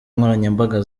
nkoranyambaga